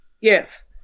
Yes